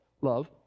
love